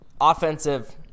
offensive